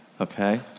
Okay